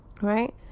right